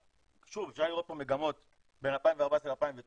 אפשר לראות פה מגמות בין 2014 ל-2019,